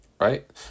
right